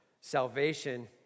Salvation